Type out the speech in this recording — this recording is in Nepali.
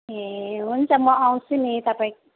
ए हुन्छ म आउँछु नि तपाईँ